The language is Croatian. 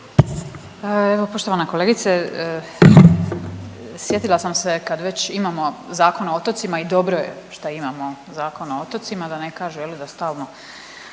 evo poštovana kolegice sjetila sam se kad već imamo Zakon o otocima i dobro je što imamo Zakon o otocima, da ne kažu je li da stalno